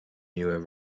newer